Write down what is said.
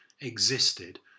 existed